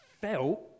felt